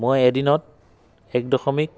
মই এদিনত এক দশমিক